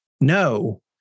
no